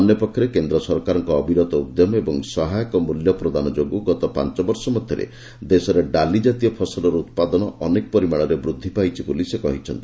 ଅନ୍ୟ ପକ୍ଷରେ କେନ୍ଦ୍ର ସରକାରଙ୍କ ଅବିରତ ଉଦ୍ୟମ ଓ ସହାୟକ ମୂଲ୍ୟ ପ୍ରଦାନ ଯୋଗୁଁ ଗତ ପାଞ୍ଚ ବର୍ଷ ମଧ୍ୟରେ ଦେଶରେ ଡାଲି ଜାତୀୟ ଫସଲର ଉତ୍ପାଦନ ଅନେକ ପରିମାଣରେ ବୃଦ୍ଧି ପାଇଛି ବୋଲି ସେ କହିଛନ୍ତି